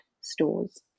stores